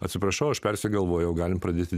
atsiprašau aš persigalvojau galime pradėti